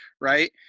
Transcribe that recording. right